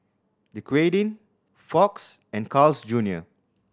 Dequadin Fox and Carl's Junior